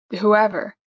whoever